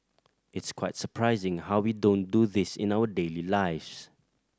it's quite surprising how we don't do this in our daily lives